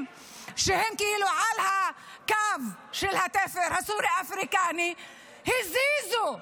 שהם כאילו על קו התפר הסורי-אפריקאי הזיזו,